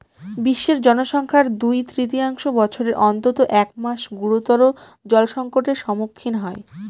বিশ্বের জনসংখ্যার দুই তৃতীয়াংশ বছরের অন্তত এক মাস গুরুতর জলসংকটের সম্মুখীন হয়